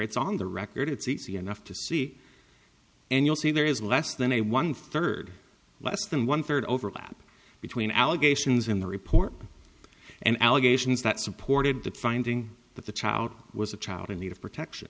it's on the record it's easy enough to see and you'll see there is less than a one third less than one third overlap between allegations in the report and allegations that supported the finding that the child was a child in need of protection